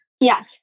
Yes